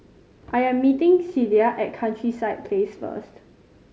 I am meeting Cilla at Countryside Place first